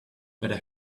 better